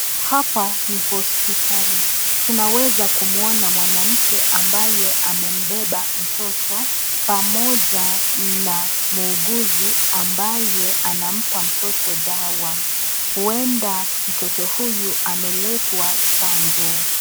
Hapa ni hospitali tunaweza kumuona mwanamke ambaye amembeba mtoto pamoja na muuguzi ambaye anampa mtoto dawa. Huenda mtoto huyu ameletwa chanjo.